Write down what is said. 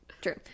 true